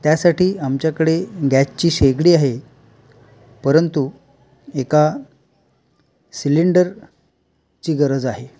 त्यासाठी आमच्याकडे गॅसची शेगडी आहे परंतु एका सिलेंडरची गरज आहे